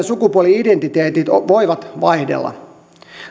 sukupuoli identiteetit voivat vaihdella